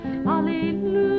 Hallelujah